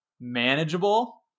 manageable